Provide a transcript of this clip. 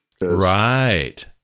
Right